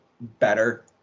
better